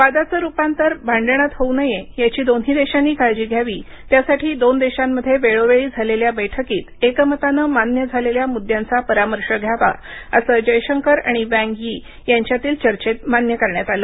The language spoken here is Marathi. वादाचं रुपांतर भांडणात होऊ नये याची दोन्ही देशांनी काळजी घ्यावी त्यासाठी दोन देशांमध्ये वेळोवेळी झालेल्या बैठकीत एकमतानं मान्य झालेल्या मुद्द्यांचा परामर्श घ्यावा असं जयशंकर आणि वँग यी यांच्यातील चर्चेत मान्य करण्यात आलं